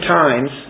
times